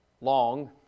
long